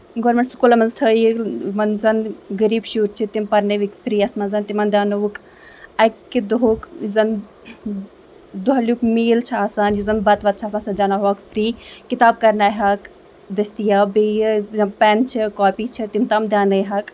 government سکوٗلن منٛز تھٲوو وَن زَن غریٖب شُرۍ چھِ تِم پَرنٲوِکھ فریَس منٛز تِمن دیونوُکھ اَکہِ دُہُکھ یُس زَن دۄہلیٚک میل چھُ آسان بَتہٕ وَتہٕ چھُ آسان سُہ دینوُکھ فری کِتاب کرناوہکھ دٔستِیاب بیٚیہِ پیٚن چھِ کاپی چھِ تِم تام دیونٲوہکھ